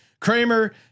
Kramer